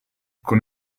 con